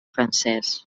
francès